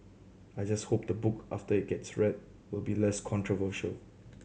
I just hope the book after it gets read will be less controversial